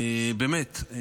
באמת,